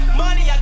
money